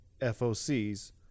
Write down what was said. FOCs